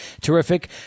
terrific